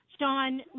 Sean